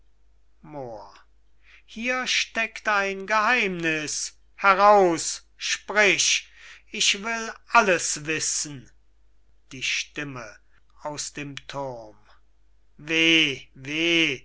hier steckt ein geheimniß heraus sprich ich will alles wissen die stimme aus dem schloß weh weh